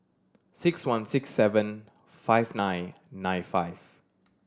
six one six seven five nine nine five